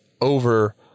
over